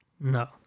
No